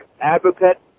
advocate